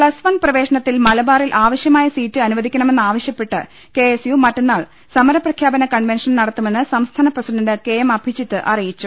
plus one പ്രവേശനത്തിൽ മലബാറിൽ ആവശ്യമായ സീറ്റ് അനുവദിക്കണമെന്ന് ആവശ്യപ്പെട്ട് കെ എസ് യു മറ്റന്നാൾ സമരപ്രഖ്യാപന കൺവൻഷൻ നടത്തുമെന്ന് സംസ്ഥാന പ്രസിഡന്റ് കെ എം അഭിജിത് അറിയിച്ചു